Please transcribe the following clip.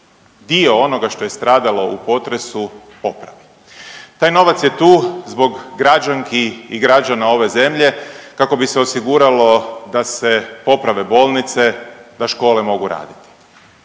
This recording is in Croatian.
dio onoga što je stradalo u potresu popravi. Taj novac je tu zbog građanki i građana ove zemlje kako bi se osiguralo da se poprave bolnice, da škole mogu raditi.